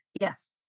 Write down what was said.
yes